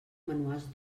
manuals